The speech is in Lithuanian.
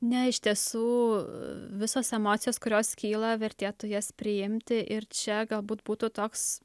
ne iš tiesų visos emocijos kurios kyla vertėtų jas priimti ir čia galbūt būtų toks